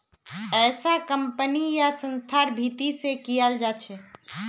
ऐसा कम्पनी या संस्थार भीती से कियाल जा छे